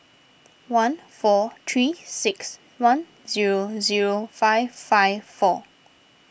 one four three six one zero zero five five four